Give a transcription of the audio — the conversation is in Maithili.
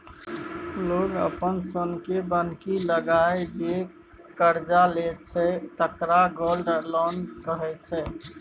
लोक अपन सोनकेँ बन्हकी लगाए जे करजा लैत छै तकरा गोल्ड लोन कहै छै